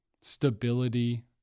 stability